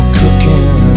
cooking